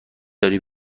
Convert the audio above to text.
داری